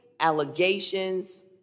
allegations